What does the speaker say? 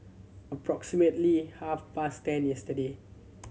approximately half past ten yesterday